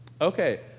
Okay